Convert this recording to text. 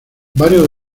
varios